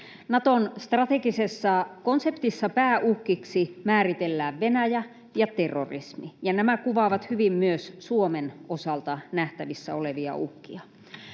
Naton strategisessa konseptissa pääuhkiksi määritellään Venäjä ja terrorismi, ja nämä kuvaavat hyvin myös Suomen osalta nähtävissä olevia uhkia.